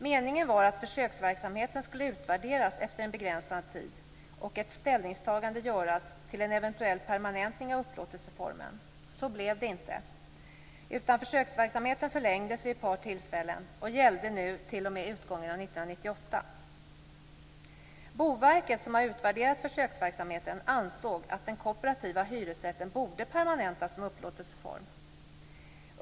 Meningen var att försöksverksamheten skulle utvärderas efter en begränsad tid och att ett ställningstagande skulle göras till en eventuell permanentning av upplåtelseformen. Så blev det inte, utan försöksverksamheten förlängdes vid ett par tillfällen och gällde t.o.m. utgången av 1998. Boverket, som har utvärderat försöksverksamheten, ansåg att den kooperativa hyresrätten borde permanentas som upplåtelseform.